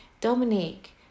Dominique